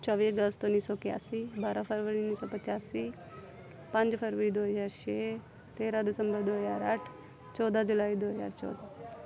ਚੌਵੀ ਅਗਸਤ ਉੱਨੀ ਸੌ ਇਕਾਸੀ ਬਾਰਾਂ ਫਰਵਰੀ ਉੱਨੀ ਸੌ ਪਚਾਸੀ ਪੰਜ ਫਰਵਰੀ ਦੋ ਹਜ਼ਾਰ ਛੇ ਤੇਰ੍ਹਾਂ ਦਸੰਬਰ ਦੋ ਹਜ਼ਾਰ ਅੱਠ ਚੌਦਾਂ ਜੁਲਾਈ ਦੋ ਹਜ਼ਾਰ ਚੌਦਾਂ